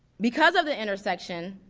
because of the intersection,